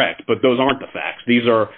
correct but those aren't the facts these are